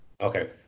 Okay